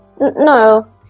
No